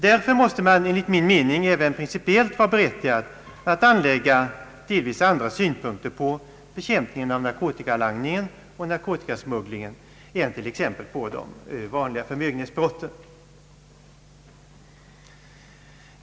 Därför måste det enligt min mening även principiellt vara berättigat att anlägga delvis andra synpunkter på bekämpandet av narkotikalangningen och narkotikasmugglingen än på exempelvis de vanliga förmögenhetsbrotten.